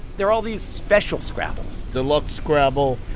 there are all these special scrabbles deluxe scrabble,